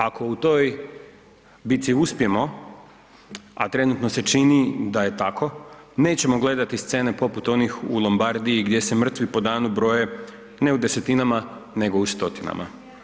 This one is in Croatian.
Ako u toj bitci uspijemo, a trenutno se čini da je tako nećemo gledati scene poput onih u Lombardiji gdje se mrtvi po danu broje ne u desetinama nego u stotinama.